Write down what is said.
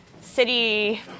city